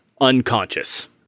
unconscious